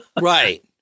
Right